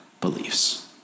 beliefs